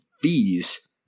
fees